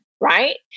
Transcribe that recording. right